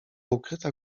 ukryta